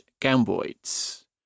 Gamboids